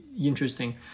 interesting